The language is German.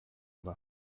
aber